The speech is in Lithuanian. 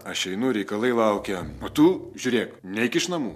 aš einu reikalai laukia o tu žiūrėk neik iš namų